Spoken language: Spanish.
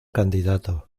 candidato